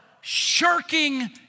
shirking